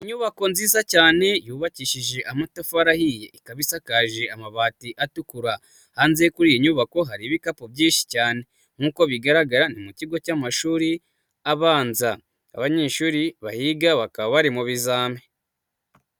Inyubako nziza cyane yubakishije amatafari ahiye, ikaba isakaje amabati atukura, hanze kuri iyi nyubako hari ibikapu byinshi cyane, nk'uko bigaragara ni mu kigo cy'amashuri abanza, abanyeshuri bahiga bakaba bari mu bizami.